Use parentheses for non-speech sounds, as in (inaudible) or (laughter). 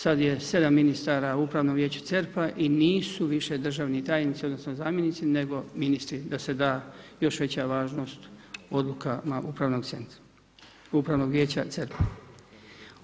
Sad je 7 ministara u upravnom vijeću CERP-a i nisu više državni tajnici, odnosno, zamjenici, nego ministri, da se da još veća važnost odlukama upravnog … (unintelligible) upravnog vijeća CERP-a.